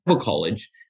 College